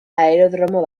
aerodromo